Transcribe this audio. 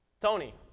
Tony